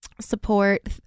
support